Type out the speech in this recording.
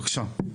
בבקשה.